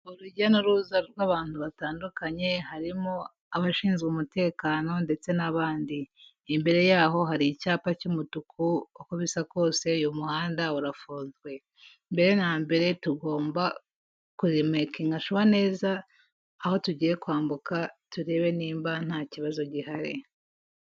Urujya n'uruza rw'abantu batandukanye, harimo abashinzwe umutekano ndetse n'abandi, imbere yaho hari icyapa cy'umutuku uko bisa kose uyu muhanda urafunzwe, mbere na mbere tugomba kumekinga shuwa neza aho tugiye kwambuka turebe nimba nta kibazo gihari.